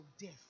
death